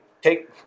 take